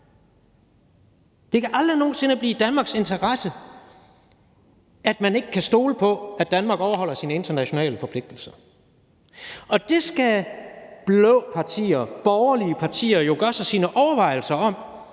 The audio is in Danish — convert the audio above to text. Det kan aldrig nogen sinde være i Danmarks interesse, at man ikke kan stole på, at Danmark overholder sine internationale forpligtelser, og det skal blå partier, borgerlige partier, jo gøre sig deres overvejelser om,